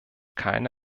keine